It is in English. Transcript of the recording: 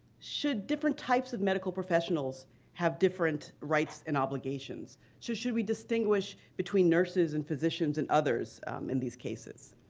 should different types of medical professionals have different rights and obligations? should should we distinguish between nurses and physicians and others in these cases?